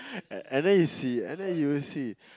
and then he will see and then you will see